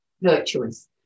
virtuous